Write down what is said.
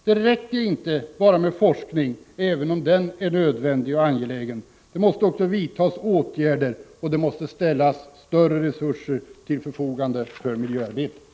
Det räcker inte bara med forskning, även om sådan är nödvändig och angelägen. Det måste också vidtas åtgärder, och det måste ställas större resurser till förfogande för miljöarbetet.